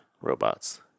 robots